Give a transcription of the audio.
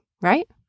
right